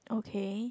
okay